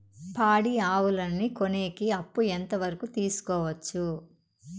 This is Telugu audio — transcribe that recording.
పాడి ఆవులని కొనేకి అప్పు ఎంత వరకు తీసుకోవచ్చు?